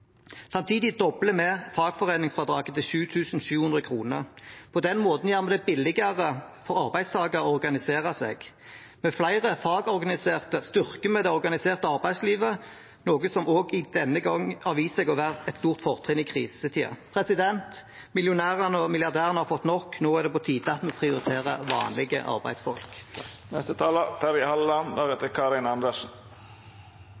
Samtidig dobler vi fagforeningsfradraget til 7 700 kr. På den måten gjør vi det billigere for arbeidstakere å organisere seg. Med flere fagorganiserte styrker vi det organiserte arbeidslivet, noe som også denne gangen har vist seg å være et stort fortrinn i krisetider. Millionærene og milliardærene har fått nok – nå er det på tide at vi prioriterer vanlige